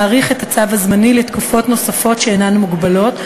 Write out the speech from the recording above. להאריך את הצו הזמני לתקופות נוספות שאינן מוגבלות,